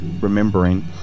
remembering